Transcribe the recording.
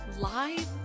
live